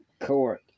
court